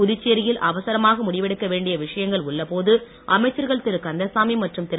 புதுச்சேரியில் அவசரமாக முடிவெடுக்க வேண்டிய விஷயங்கள் உள்ள போது அமைச்சர்கள் திருகந்தசாமி மற்றும் திரு